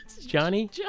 Johnny